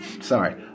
sorry